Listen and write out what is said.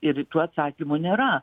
ir tų atsakymų nėra